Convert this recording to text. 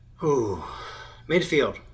Midfield